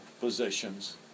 positions